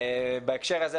בהקשר הזה,